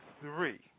three